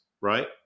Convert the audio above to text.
right